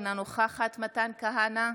אינה נוכחת מתן כהנא,